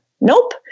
Nope